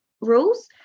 rules